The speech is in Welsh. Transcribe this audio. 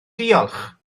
diolch